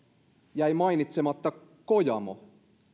jäi mainitsematta kojamo